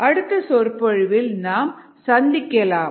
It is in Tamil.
அடுத்த சொற்பொழிவில் சந்திக்கலாம்